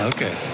Okay